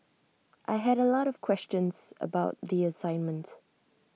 I had A lot of questions about the assignment